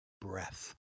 breath